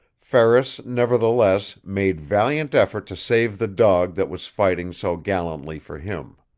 ferris, nevertheless, made valiant effort to save the dog that was fighting so gallantly for him.